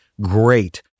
great